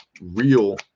real